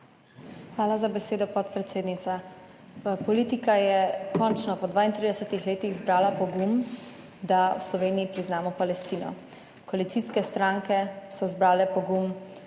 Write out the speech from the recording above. Hvala za besedo, podpredsednica. Politika je končno po 32 letih zbrala pogum, da v Sloveniji priznamo Palestino. Koalicijske stranke so zbrale pogum